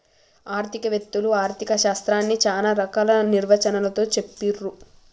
ఆర్థిక వేత్తలు ఆర్ధిక శాస్త్రాన్ని చానా రకాల నిర్వచనాలతో చెప్పిర్రు